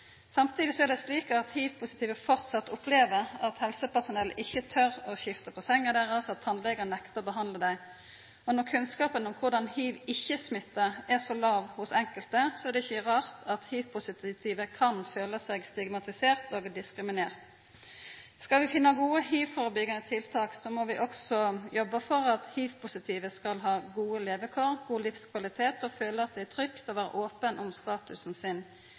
er det slik at hivpositive framleis opplever at helsepersonell ikkje tør å skifta på senga deira, at tannlegar nektar å behandla dei. Når kunnskapen om korleis hiv ikkje smittar, er så låg hos enkelte, er det ikkje rart at hivpositive kan føla seg stigmatiserte og diskriminerte. Skal vi finna gode hivførebyggjande tiltak, må vi også jobba for at hivpositive skal ha gode levekår, god livskvalitet og føla at det er trygt å vera open om statusen sin.